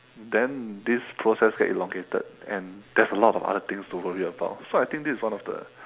then this process gets elongated and there's a lot of other things to worry about so I think this is one of the